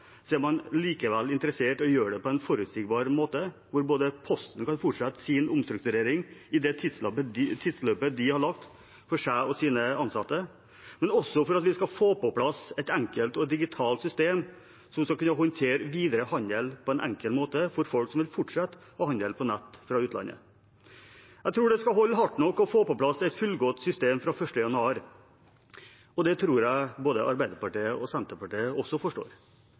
så er man likevel interessert i å gjøre det på en forutsigbar måte, hvor ikke bare Posten kan fortsette sin omstrukturering i det tidsløpet de har lagt for seg og sine ansatte, men også for at vi skal få på plass et enkelt og digitalt system som skal kunne håndtere videre handel på en enkel måte for folk som vil fortsette å handle på nett fra utlandet. Jeg tror det skal holde hardt nok å få på plass et fullgodt system fra 1. januar, og det tror jeg både Arbeiderpartiet og Senterpartiet også forstår.